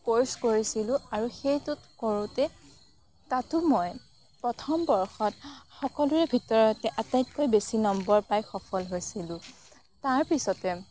course কৰিছিলোঁ আৰু সেইটো কৰোঁতে তাতো মই প্ৰথম বৰ্ষত সকলোৰে ভিতৰতে আটাইতকৈ বেছি নম্বৰ পাই সফল হৈছিলোঁ তাৰপিছতে